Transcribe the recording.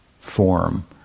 form